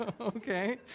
Okay